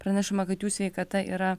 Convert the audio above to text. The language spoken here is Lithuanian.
pranešama kad jų sveikata yra